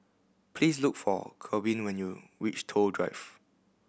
please look for Corbin when you reach Toh Drive